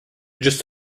just